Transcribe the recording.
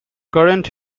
current